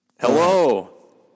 Hello